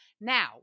Now